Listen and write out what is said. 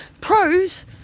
Pros